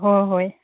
ꯍꯣꯏ ꯍꯣꯏ